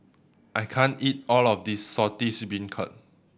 I can't eat all of this Saltish Beancurd